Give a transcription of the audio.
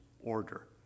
order